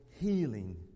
healing